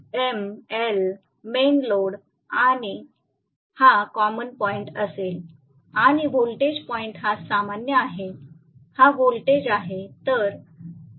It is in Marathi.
एम एल मेन लोड आहे आणि हा कॉमन पॉईंट असेल आणि व्होल्टेज पॉईंट हा सामान्य आहे हा व्होल्टेज आहे